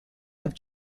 have